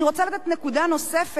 אני רוצה להעלות נקודה נוספת.